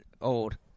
old